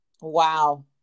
wow